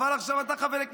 הלכתי אל ביתו של מאזן